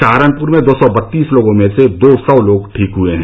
सहारनपुर में दो सौ बत्तीस लोगों में से दो सौ लोग ठीक हुए हैं